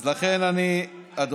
הוא